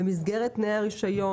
במסגרת תנאי הרישיון,